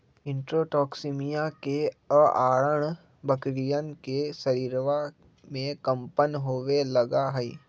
enterotoxaemia के अआरण बकरियन के शरीरवा में कम्पन होवे लगा हई